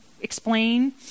explain